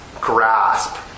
grasp